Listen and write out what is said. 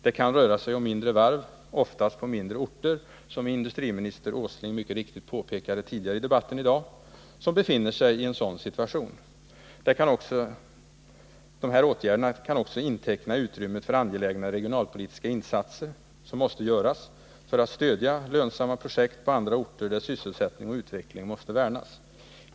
Det kan röra sig om mindre varv — oftast på mindre orter — som, vilket industriminister Åsling mycket riktigt påpekade tidigare i debatten i dag, befinner sig i en sådan situation. De här åtgärderna kan också inteckna utrymmet för angelägna regionalpolitiska insatser som måste göras för att stödja lönsamma projekt på andra orter, där sysselsättning och utveckling måste värnas.